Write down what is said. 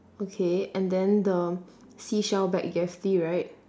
okay and then the seashell bag you have three right